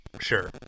sure